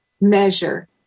measure